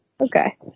Okay